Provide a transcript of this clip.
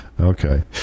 Okay